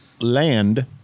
land